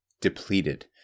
depleted